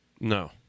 No